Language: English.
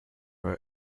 were